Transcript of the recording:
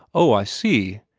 oh, i see!